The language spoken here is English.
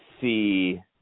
see